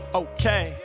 okay